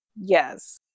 Yes